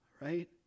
right